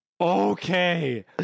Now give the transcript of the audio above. Okay